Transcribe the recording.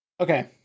Okay